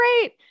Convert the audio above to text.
great